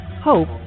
Hope